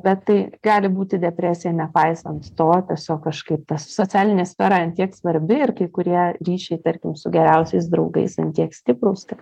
bet tai gali būti depresija nepaisant to tiesiog kažkaip ta socialinė sfera tiek svarbi ir kai kurie ryšiai tarkim su geriausiais draugais ant tiek stiprūs kad